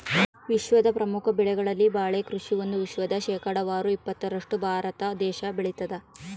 ವಿಶ್ವದ ಪ್ರಮುಖ ಬೆಳೆಗಳಲ್ಲಿ ಬಾಳೆ ಕೃಷಿ ಒಂದು ವಿಶ್ವದ ಶೇಕಡಾವಾರು ಇಪ್ಪತ್ತರಷ್ಟು ಭಾರತ ದೇಶ ಬೆಳತಾದ